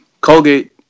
Colgate